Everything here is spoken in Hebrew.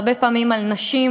והרבה פעמים על נשים,